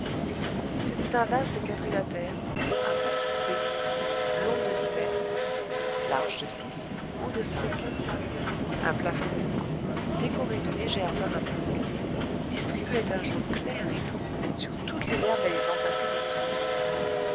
c'était un vaste quadrilatère à pans coupés long de dix mètres large de six haut de cinq un plafond lumineux décoré de légères arabesques distribuait un jour clair et doux sur toutes les merveilles entassées dans ce musée